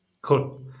cool